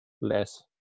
less